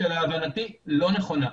שלהבנתי היא לא נכונה.